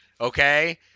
okay